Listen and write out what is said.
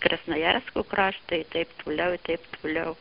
krasnojarsko kraštą ir taip toliau ir taip toliau